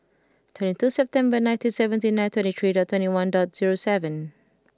twenty two September nineteen seventy nine twenty three dot twenty one dot zero seven